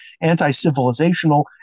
anti-civilizational